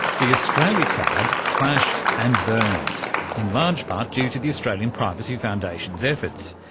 the australia card crashed and burned, in large part due to the australian privacy foundation's efforts.